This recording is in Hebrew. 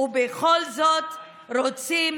ובכל זאת רוצים